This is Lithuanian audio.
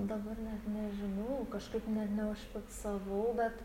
dabar net nežinau kažkaip ne neužfiksavau bet